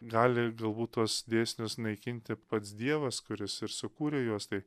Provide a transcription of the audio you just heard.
gali galbūt tuos dėsnius naikinti pats dievas kuris ir sukūrė juos tai